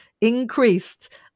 increased